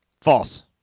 False